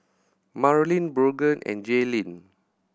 Marleen Brogan and Jaelynn